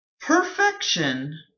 perfection